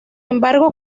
embargo